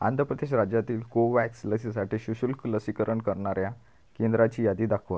आंध्र प्रदेश राज्यातील कोवॅक्स लसीसाठी सशुल्क लसीकरण करणाऱ्या केंद्राची यादी दाखवा